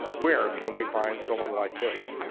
where can we find someone like this?